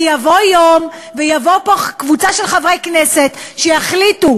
כי יבוא יום ותבוא פה קבוצה של חברי כנסת שיחליטו